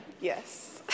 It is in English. yes